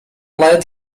led